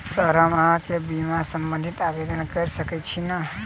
Sir हम अहाँ केँ बीमा संबधी आवेदन कैर सकै छी नै?